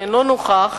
שאינו נוכח,